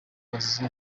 kazi